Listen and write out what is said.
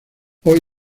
hoy